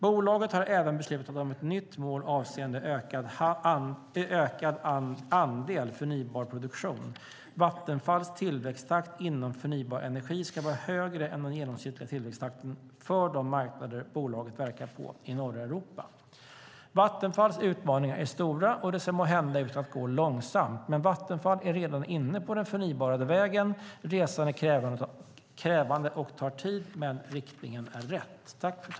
Bolaget har även beslutat om ett nytt mål avseende ökad andel förnybar produktion: Vattenfalls tillväxttakt inom förnybar energi ska vara högre än den genomsnittliga tillväxttakten för de marknader bolaget verkar på i norra Europa. Vattenfalls utmaningar är stora, och det ser måhända ut att gå långsamt. Men Vattenfall är redan inne på den förnybara vägen. Resan är krävande och tar tid, men riktningen är rätt.